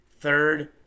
Third